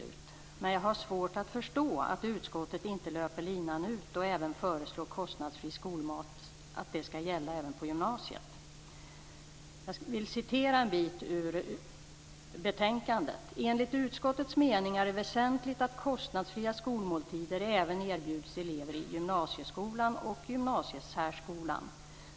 Men jag har svårt att förstå att utskottet inte löper linan ut och föreslår att kostnadsfri skolmat skall gälla även på gymnasiet. Jag vill citera ur betänkandet: "Enligt utskottets mening är det väsentligt att kostnadsfria skolmåltider även erbjuds elever i gymnasieskolan och gymnasiesärskolan.